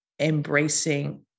embracing